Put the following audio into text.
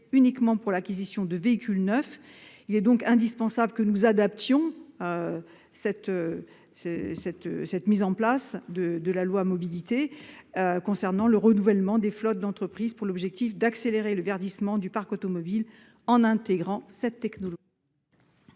structurés pour l'acquisition de véhicules neufs. Il est donc indispensable que nous adaptions les modalités d'application de la loi d'orientation des mobilités concernant le renouvellement des flottes d'entreprise dans l'objectif d'accélérer le verdissement du parc automobile, en intégrant cette technologie.